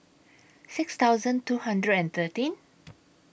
six thousand two hundred and thirteen